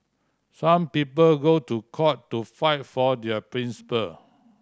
some people go to court to fight for their principle